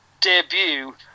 debut